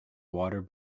water